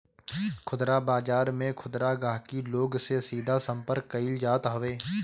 खुदरा बाजार में खुदरा गहकी लोग से सीधा संपर्क कईल जात हवे